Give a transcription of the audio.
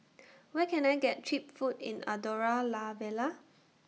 Where Can I get Cheap Food in Andorra La Vella